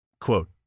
Quote